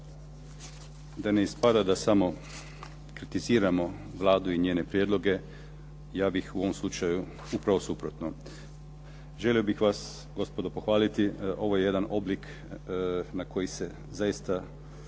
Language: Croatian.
Da ne ispada da samo kritiziramo Vladu i njene predmete ja bih u ovom slučaju upravo suprotno. Želio bih vas gospodo pohvaliti, ovo je jedan oblik na koji se zaista